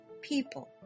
people